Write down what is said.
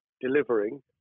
delivering